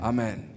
Amen